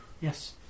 yes